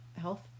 health